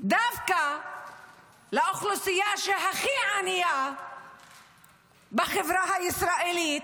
דווקא לאוכלוסייה הכי ענייה בחברה הישראלית,